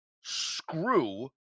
screw